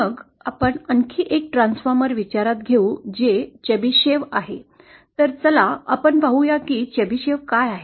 मग आपण आणखी एक ट्रान्सफॉर्मर विचारात घेऊ जे चेबेशेव आहे तर चला आपण पाहूया की चेबिसेव काय आहे